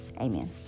Amen